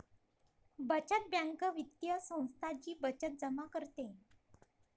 बचत बँक वित्तीय संस्था जी बचत जमा करते